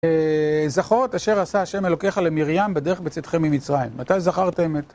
זכור את אשר עשה השם אלוקיך למרים בדרך בצאתכם ממצרים. מתי זכרת אמת?